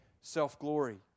self-glory